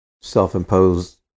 self-imposed